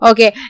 Okay